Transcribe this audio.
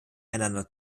einander